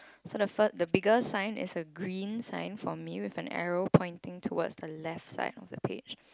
so the fir~ the bigger sign is a green sign for me with an arrow pointing towards the left side of the page